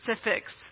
specifics